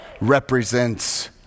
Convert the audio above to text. represents